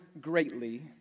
greatly